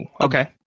okay